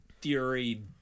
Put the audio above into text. theory